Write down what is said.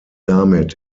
damit